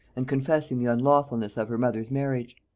and confessing the unlawfulness of her mother's marriage.